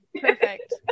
perfect